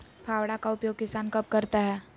फावड़ा का उपयोग किसान कब करता है?